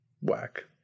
whack